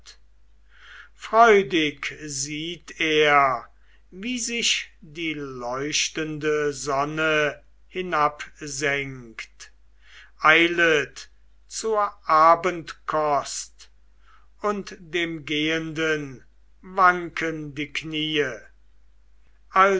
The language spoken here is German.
freudig sieht er wie sich die leuchtende sonne hinabsenkt eilet zur abendkost und dem gehenden wanken die kniee